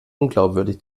unglaubwürdig